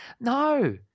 No